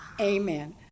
Amen